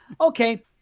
Okay